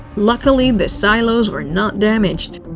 luckily, the silos were not damaged.